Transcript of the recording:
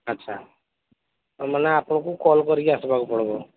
ଆଚ୍ଛା ମାନେ ଆପଣଙ୍କୁ କଲ୍ କରିକି ଆସିବାକୁ ପଡ଼ିବ